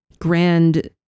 grand